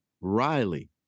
Riley